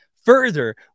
Further